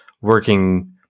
working